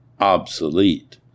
obsolete